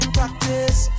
Practice